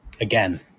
Again